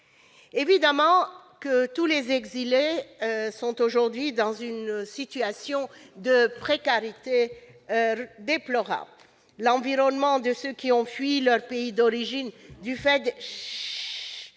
évidemment, tous les exilés sont aujourd'hui dans une situation de précarité déplorable. L'environnement de ceux qui ont fui leur pays d'origine du fait des